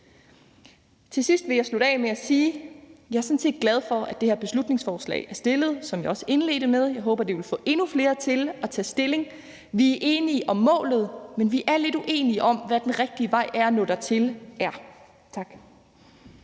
Til sidst vil jeg slutte af med at sige, at jeg sådan set er glad for, at det her beslutningsforslag er fremsat, som jeg også indledte med. Jeg håber, det vil få endnu flere til at tage stilling. Vi er enige om målet, men vi er lidt uenige om, hvad den rigtige vej at nå dertil er. Tak.